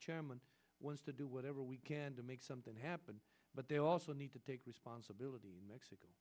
chairman was to do whatever we can to make something happen but they also need to take responsibility mexico